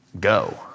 go